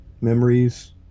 memories